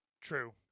True